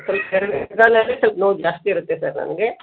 ಸಲ್ಪ ಕಾಲಲ್ಲಿ ಸಲ್ಪ ನೋವು ಜಾಸ್ತಿ ಇರುತ್ತೆ ಸರ್ ನನಗೆ